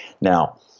Now